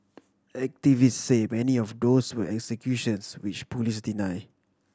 activist say many of those were executions which police deny